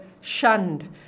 shunned